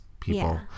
people